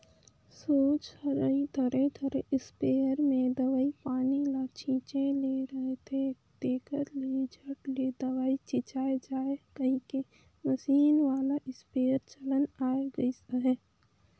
सोझ हरई धरे धरे इस्पेयर मे दवई पानी ल छीचे ले रहथे, तेकर ले झट ले दवई छिचाए जाए कहिके मसीन वाला इस्पेयर चलन आए गइस अहे